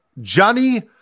Johnny